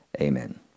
amen